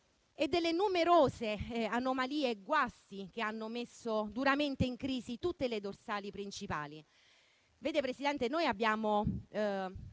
e delle numerose anomalie e dei guasti che hanno messo duramente in crisi tutte le dorsali principali.